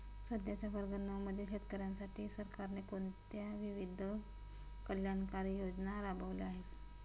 सध्याच्या वर्ग नऊ मधील शेतकऱ्यांसाठी सरकारने कोणत्या विविध कल्याणकारी योजना राबवल्या आहेत?